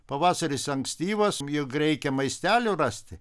pavasaris ankstyvas juk reikia maistelio rasti